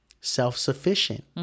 self-sufficient